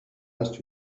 nicht